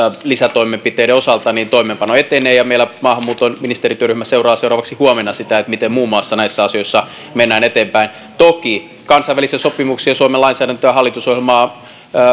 lisätoimenpiteiden osalta toimeenpano etenee ja meillä maahanmuuton ministerityöryhmä seuraa seuraavaksi huomenna sitä miten muun muassa näissä asioissa mennään eteenpäin toki kansainvälisiä sopimuksia suomen lainsäädäntöä ja hallitusohjelmaa